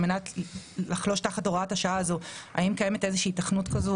מנת לחלוש תחת הוראת השעה הזו האם קיימת היתכנות כזו